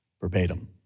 verbatim